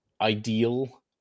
ideal